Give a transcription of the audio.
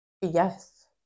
Yes